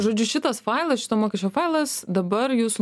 žodžiu šitas failas šito mokesčio falas dabar jūsų